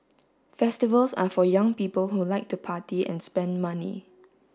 festivals are for young people who like to party and spend money